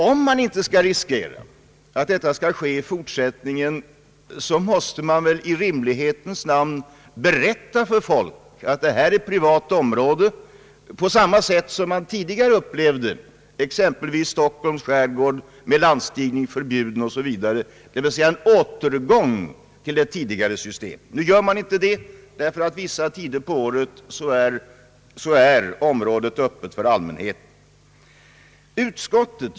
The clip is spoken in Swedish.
Om man inte vill riskera att detta skall ske i fortsättningen, måste man i rimlighetens namn berätta för folk att detta är privat område, på samma sätt som man tidigare upplevde exempelvis Stockholms skärgård med landstigningsförbud osv. Det skulle betyda en återgång till det tidigare systemet. Nu gör man inte det för att området vissa tider av året är öppet för allmänheten.